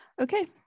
Okay